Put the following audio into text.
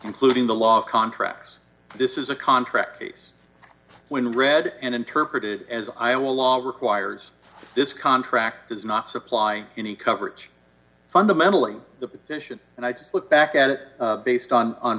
including the law of contracts this is a contract case when read and interpreted as iowa law requires this contract does not supply any coverage fundamentally the petition and i look back at it based on